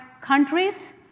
countries